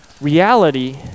Reality